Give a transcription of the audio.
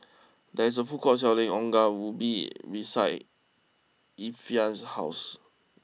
there is a food court selling Ongol Ubi beside Ephriam's house